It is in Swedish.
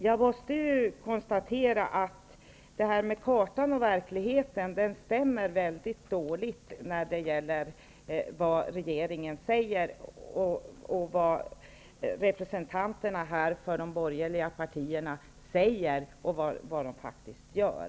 Jag måste konstatera att kartan stämmer väldigt dåligt med verkligheten -- jag tänker då på vad regeringen och representanterna för de borgerliga partierna säger och vad de faktiskt gör.